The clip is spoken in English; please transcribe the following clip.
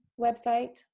website